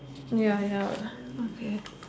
ya ya okay